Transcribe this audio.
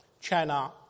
China